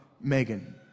Megan